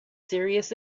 serious